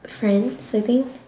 friends I think